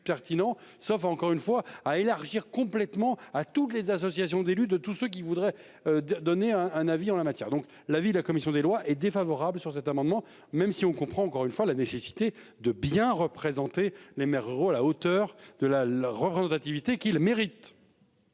pertinent sauf encore une fois à élargir complètement à toutes les associations d'élus, de tous ceux qui voudraient. Donner un, un avis en la matière donc l'avis de la commission des lois et défavorable sur cet amendement même si on comprend encore une fois la nécessité de bien représenter les maires ruraux à la hauteur de la la représentativité qu'il mérite.